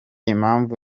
impamvu